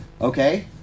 Okay